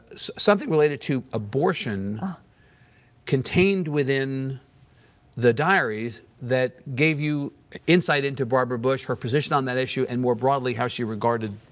something related to abortion contained within the diaries that gave you insight into barbara bush, her position on that issue, and more broadly, how she regarded,